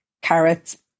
carrots